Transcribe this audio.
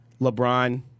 LeBron